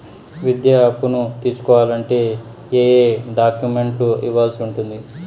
విద్యా అప్పును తీసుకోవాలంటే ఏ ఏ డాక్యుమెంట్లు ఇవ్వాల్సి ఉంటుంది